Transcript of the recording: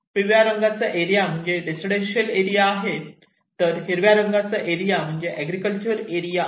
पिवळ्या रंगाचा एरिया म्हणजे रेसिडेंशियल एरिया आहे तर हिरव्या रंगाचा एरिया म्हणजे एग्रीकल्चर एरिया आहे